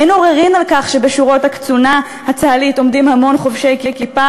אין עוררין על כך שבשורות הקצונה הצה"לית עומדים המון חובשי כיפה